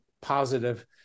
positive